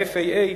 ה-FAA,